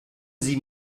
sie